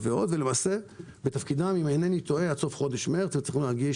למעשה בתפקידם עד סוף חודש מרץ הם צריכים להגיש